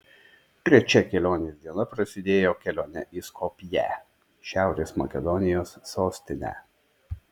trečia kelionės diena prasidėjo kelione į skopję šiaurės makedonijos sostinę